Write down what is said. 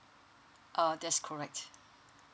uh that's correct